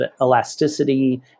elasticity